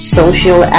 social